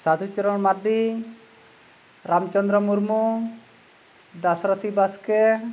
Sadhu Charan Marndi Ramchandra Murmu Dasarthi Baske